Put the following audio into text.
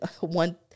one